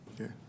Okay